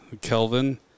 Kelvin